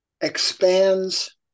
expands